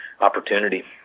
opportunity